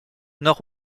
nord